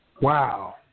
Wow